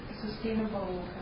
sustainable